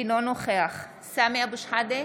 אינו נוכח סמי אבו שחאדה,